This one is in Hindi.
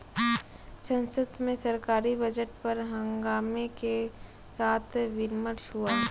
संसद में सरकारी बजट पर हंगामे के साथ विमर्श हुआ